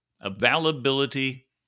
availability